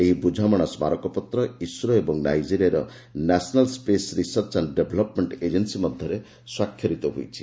ଏହି ବୁଝାମଣା ସ୍କାରକପତ୍ର ଇସ୍ରୋ ଓ ନାଇଜେରିଆର ନ୍ୟାସନାଲ୍ ସ୍ୱେସ୍ ରିସର୍ଚ୍ ଆାଣ୍ଡ ଡେଭ୍ଲପ୍ମେଣ୍ଟ ଏଜେନ୍ନି ମଧ୍ୟରେ ସ୍ପାକ୍ଷରିତ ହୋଇଛି